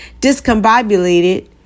discombobulated